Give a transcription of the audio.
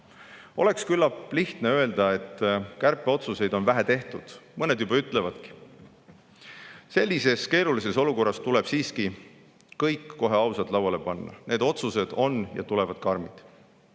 Oleks küllap lihtne öelda, et kärpeotsuseid on vähe tehtud. Mõned juba ütlevadki. Sellises keerulises olukorras tuleb siiski kõik kohe ausalt lauale panna. Need otsused on ja tulevad karmid.